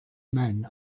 men